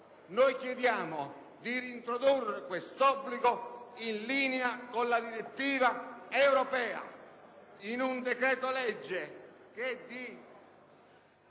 Noi chiediamo di reintrodurre questo obbligo, in linea con la direttiva europea, in un decreto‑legge recante